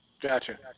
gotcha